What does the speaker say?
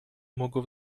mogło